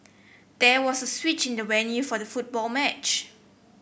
there was a switch in the venue for the football match